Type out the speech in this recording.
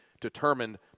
determined